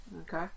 Okay